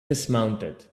dismounted